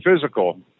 physical